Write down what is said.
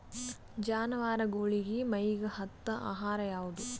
ಜಾನವಾರಗೊಳಿಗಿ ಮೈಗ್ ಹತ್ತ ಆಹಾರ ಯಾವುದು?